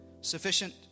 sufficient